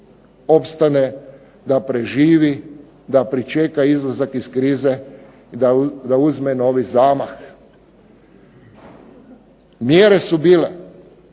opstane, da preživi, da pričeka izlazak iz krize i da uzme novi zamah. Mjere su bile